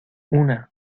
una